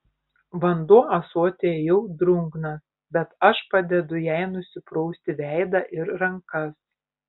vanduo ąsotyje jau drungnas bet aš padedu jai nusiprausti veidą ir rankas